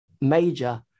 major